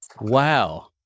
wow